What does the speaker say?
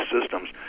systems